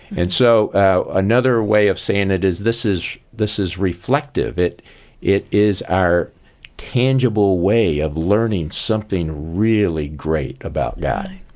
and so another way of saying it is, this is this is reflective. it it is our tangible way of learning something really great about god.